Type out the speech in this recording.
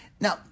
Now